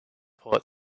port